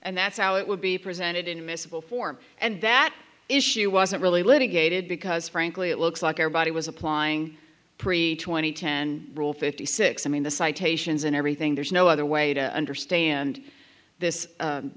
and that's how it would be presented in miscible form and that issue wasn't really litigated because frankly it looks like everybody was applying pre twenty ten rule fifty six i mean the citations and everything there's no other way to understand this